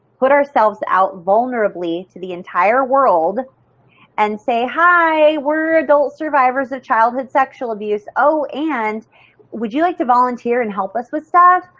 put ourselves out vulnerably to the entire world and say hi, we're adult survivors of childhood sexual abuse. and would you like to volunteer and help us with stuff?